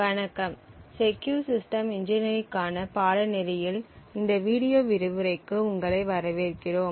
வணக்கம் secure system இன்ஜினியரிங்க்கான பாடநெறியில் இந்த வீடியோ விரிவுரைக்கு உங்களை வரவேற்கிறோம்